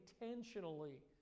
intentionally